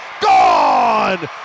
Gone